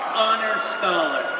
honor's scholar,